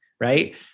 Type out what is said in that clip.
right